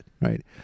right